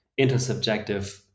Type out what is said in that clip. intersubjective